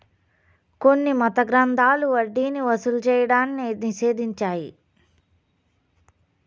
కొన్ని మత గ్రంథాలు వడ్డీని వసూలు చేయడాన్ని నిషేధించాయి